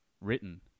written